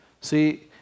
See